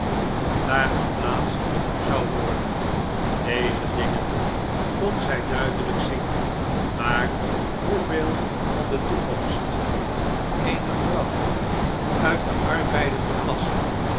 daar geplaatst zou worden deze dingen kon zij duidelijk zien maar hoeveel van de toekomst eene vrouw uit de arbeidende klasse